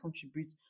contribute